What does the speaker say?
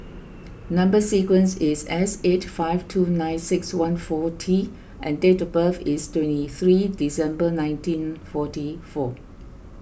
Number Sequence is S eight five two nine six one four T and date of birth is twenty three December nineteen forty four